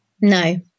no